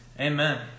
Amen